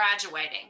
graduating